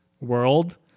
world